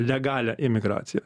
legalią imigraciją